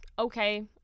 Okay